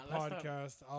podcast